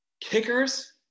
kickers